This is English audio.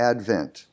Advent